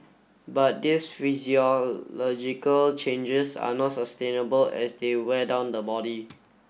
but these physiological changes are not sustainable as they wear down the body